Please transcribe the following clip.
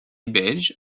belge